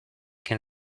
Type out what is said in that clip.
can